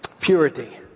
Purity